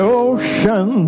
ocean